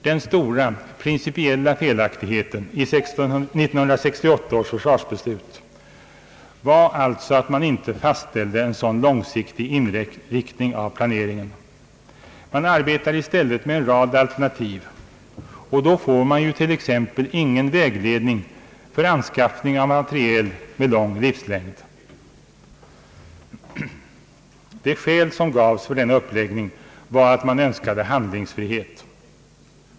Den stora principiella felaktigheten i 1968 års försvarsbeslut var alltså att man inte fastställde en sådan långsiktig inriktning av planeringen. Man arbetade i stället med en rad alternativ, och då får man ju t.ex. ingen väglednnig för anskaffningen av materiel med lång livslängd. Det skäl som gavs för denna uppläggning var att man önskade handlingsfrihet.